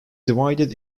divided